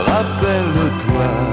Rappelle-toi